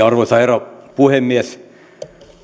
arvoisa herra puhemies